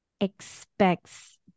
expects